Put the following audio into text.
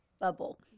bubble